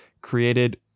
created